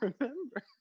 remember